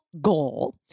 goal